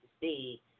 see